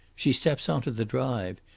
she steps on to the drive.